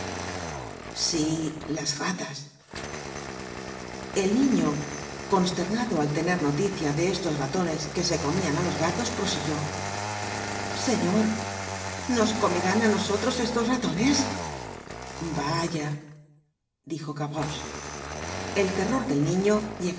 sí las ratas el niño consternado al tener noticia de estos ratones que se comian á los gatos prosiguió señor nos comerán á nosotros esos ratones vaya dijo gavroche el terror del niño